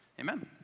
Amen